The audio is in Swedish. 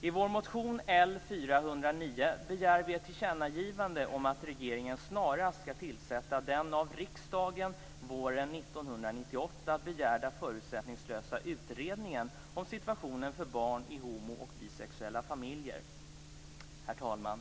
I vår motion L409 begär vi ett tillkännagivande om att regeringen snarast skall tillsätta den av riksdagen våren 1998 begärda förutsättningslösa utredningen om situationen för barn i homo och bisexuella familjer. Herr talman!